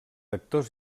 actors